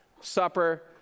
supper